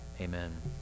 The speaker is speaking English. amen